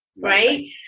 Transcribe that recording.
right